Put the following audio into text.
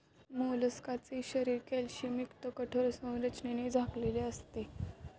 मोलस्काचे शरीर कॅल्शियमयुक्त कठोर संरचनेने झाकलेले असते